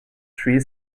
three